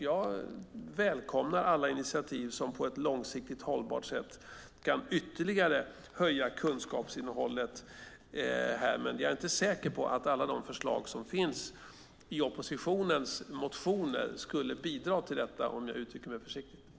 Jag välkomnar alla initiativ som på ett långsiktigt hållbart sätt ytterligare kan höja kunskapsinnehållet här. Men jag är inte säker på att alla de förslag som finns i oppositionens motioner skulle bidra till detta, om jag uttrycker mig försiktigt.